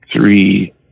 three